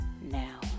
now